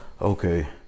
okay